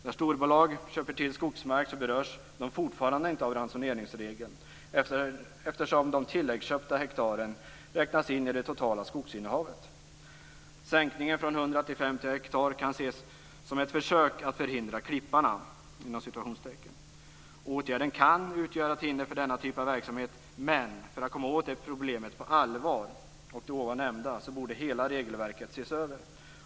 När storbolag köper till skogsmark berörs de fortfarande inte av ransoneringsregeln, eftersom de tilläggsköpta hektaren räknas in i det totala skogsinnehavet. Sänkningen från 100 till 50 hektar kan ses som ett försök att motarbeta "klipparna". Åtgärden kan utgöra ett hinder för denna typ av verksamhet, men för att komma åt problemet på allvar borde hela regelverket ses över.